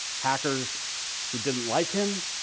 hackers who didn't like him